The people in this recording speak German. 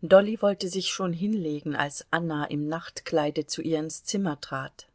dolly wollte sich schon hinlegen als anna im nachtkleide zu ihr ins zimmer trat